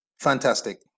fantastic